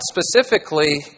specifically